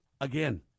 again